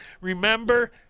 Remember